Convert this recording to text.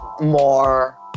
more